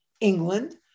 England